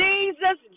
Jesus